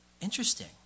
Interesting